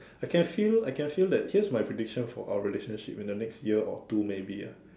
I can feel I can feel that here's my prediction for our relationship in the next year or two maybe ah